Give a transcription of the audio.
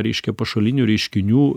reiškia pašalinių reiškinių